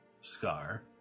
Scar